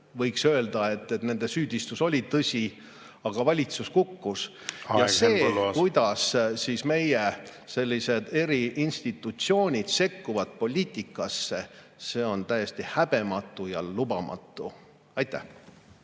Võiks öelda, et nende süüdistus oli [vale], aga valitsus kukkus. See, kuidas meie eri institutsioonid sekkuvad poliitikasse, on täiesti häbematu ja lubamatu. Aitäh!